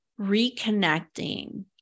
reconnecting